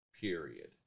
Period